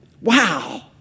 Wow